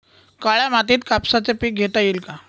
काळ्या मातीत कापसाचे पीक घेता येईल का?